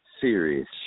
serious